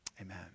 Amen